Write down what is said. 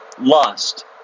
lust